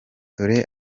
dore